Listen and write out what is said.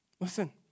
Listen